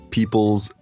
People's